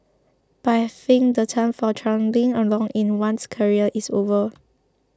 but I think the time for trundling along in one's career is over